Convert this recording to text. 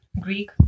Greek